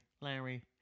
Larry